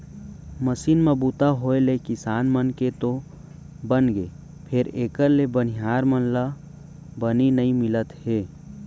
machine म बूता होय ले किसान मन के तो बनगे फेर एकर ले बनिहार मन ला बनी नइ मिलत हे